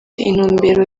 intumbero